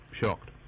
shocked